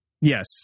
Yes